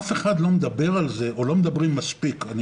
אף אחד לא מדבר, או לא מדברים מספיק על